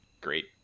great